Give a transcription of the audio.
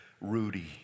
Rudy